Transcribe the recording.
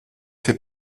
fait